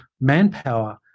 manpower